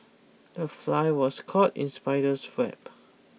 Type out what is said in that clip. the fly was caught in spider's web